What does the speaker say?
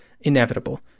inevitable